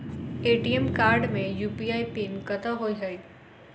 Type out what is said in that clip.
ATM card मे UPI PIN कतह होइ है?